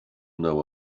know